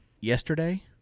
Yesterday